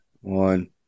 one